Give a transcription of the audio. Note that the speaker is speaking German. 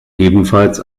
ebenfalls